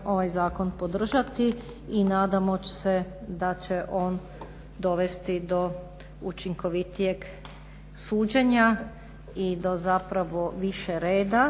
ovaj zakon podržati i nadamo se da će on dovesti do učinkovitijeg suđenja i do zapravo više reda